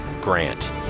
GRANT